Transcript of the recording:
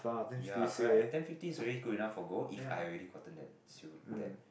yea correct ten fifty is already good enough for if I already gotten that that